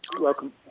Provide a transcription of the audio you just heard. welcome